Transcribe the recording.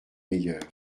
meilleurs